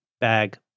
bag